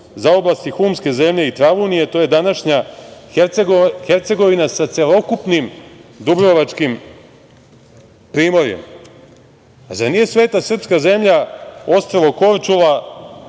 za oblasti humske zemlje i Travunije to je današnja Hercegovina sa celokupnim dubrovačkim primorjem? Zar nije sveta srpska zemlja ostrvo Korčula